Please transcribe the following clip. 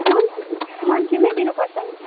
month monthly नै दिनुपर्छ नि